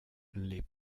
les